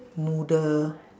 noodle